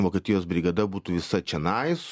vokietijos brigada būtų visa čionais